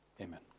Amen